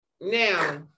now